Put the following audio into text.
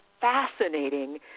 fascinating